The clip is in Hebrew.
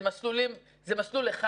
זה מסלול אחד,